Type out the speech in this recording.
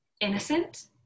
innocent